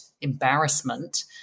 embarrassment